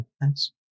thanks